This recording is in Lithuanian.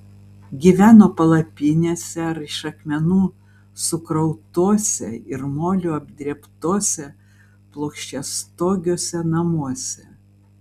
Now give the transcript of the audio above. gyveno palapinėse ar iš akmenų sukrautuose ir moliu apdrėbtuose plokščiastogiuose namuose